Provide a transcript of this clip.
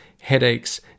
headaches